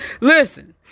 listen